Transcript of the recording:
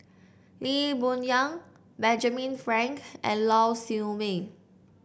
Lee Boon Yang Benjamin Frank and Lau Siew Mei